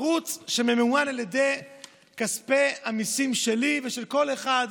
ערוץ שממומן על ידי כספי המיסים שלי ושל כל אחד,